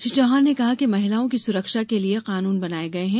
श्री चौहान ने कहा कि महिलाओं की सुरक्षा के लिए और कानून बनाए गए हैं